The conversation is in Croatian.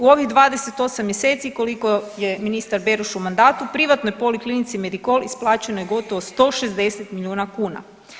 U ovih 28 mjeseci koliko je ministar Beroš u mandatu privatnoj poliklinici Medikol isplaćeno je gotovo 160 miliona kuna.